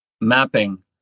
mapping